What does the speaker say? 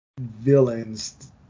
villains